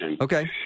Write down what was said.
Okay